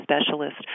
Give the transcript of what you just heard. specialist